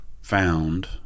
found